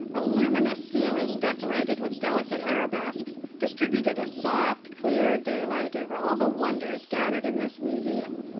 a luminous ceiling, decorated with delicate arabesques, distributed a soft, clear daylight over all the wonders gathered in this museum.